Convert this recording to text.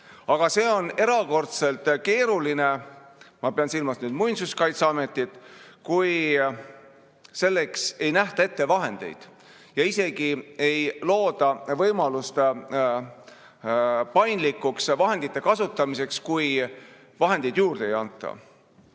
Aga see on erakordselt keeruline – ma pean silmas Muinsuskaitseametit –, kui selleks ei nähta ette vahendeid ja isegi ei looda võimalust paindlikuks vahendite kasutamiseks, kui vahendeid juurde ei anta.